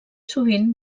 sovint